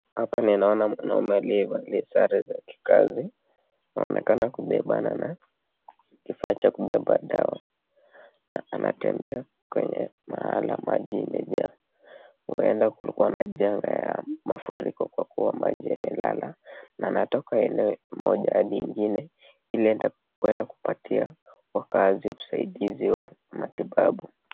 Hapa ninaona mwanaume aliyevalia sare za kikazi, anaonekana kubebana na kifaa cha kubeba dawa na anatembea kwenye mahala maji imejaa, huenda kulikuwa na janga ya mafuriko kwa kuwa maji imelala na anatoka eneo moja hadi ingine ili kuenda kupatia wakazi usaidizi.